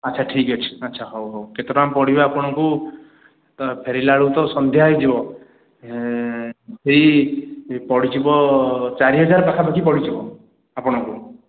ଆଚ୍ଛା ଠିକ୍ ଅଛି ଆଚ୍ଛା ହଉ ହଉ କେତେ ଟଙ୍କା ପଡ଼ିବ ଆପଣଙ୍କୁ ଫେରିଲାବେଳକୁ ତ ସନ୍ଧ୍ୟା ହେଇଯିବ ସେଇ ପଡ଼ିଯିବ ଚାରି ହଜାର ପାଖାପାଖି ପଡ଼ିଯିବ